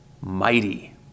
Mighty